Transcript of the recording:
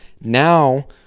Now